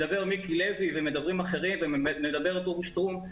מדבר מיקי לוי ומדברים אחרים ומדבר דרור שטרום.